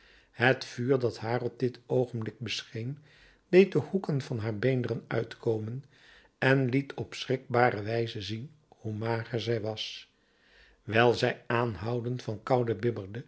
het vuur dat haar op dit oogenblik bescheen deed de hoeken van haar beenderen uitkomen en liet op schrikbare wijze zien hoe mager zij was wijl zij aanhoudend van koude